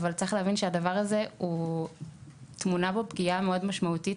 אבל צריך להבין שבדבר הזה טמונה פגיעה מאוד משמעותית